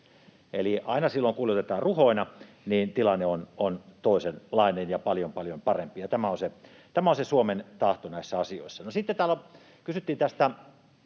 Eli aina silloin kun kuljetetaan ruhoina, tilanne on toisenlainen ja paljon paljon parempi. Tämä on se Suomen tahto näissä asioissa. No, sitten täällä kysyttiin porojen